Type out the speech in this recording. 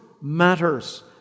matters